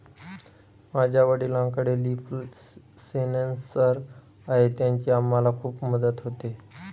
माझ्या वडिलांकडे leaf sensor आहे त्याची आम्हाला खूप मदत होते